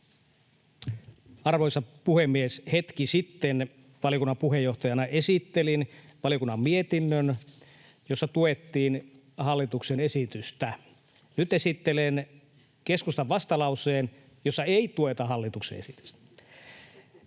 Arvoisa puhemies! Hetki sitten valiokunnan puheenjohtajana esittelin valiokunnan mietinnön, jossa tuettiin hallituksen esitystä. Nyt esittelen keskustan vastalauseen, jossa ei tueta hallituksen esitystä.